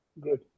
Good